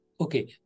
Okay